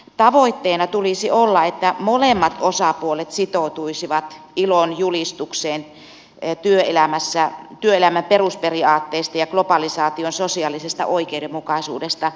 tavoitteena tulisi olla että molemmat osapuolet sitoutuisivat ilon julistukseen työelämän perusperiaatteista ja globalisaation sosiaalisesta oikeudenmukaisuudesta